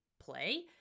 play